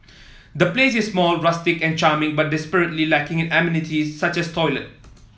the place is small rustic and charming but desperately lacking in amenities such as toilet